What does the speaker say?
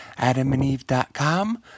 adamandeve.com